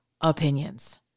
opinions